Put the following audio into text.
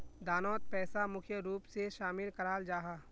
दानोत पैसा मुख्य रूप से शामिल कराल जाहा